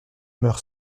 meure